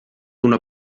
una